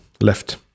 left